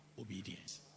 obedience